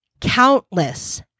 countless